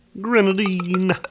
Grenadine